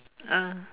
ah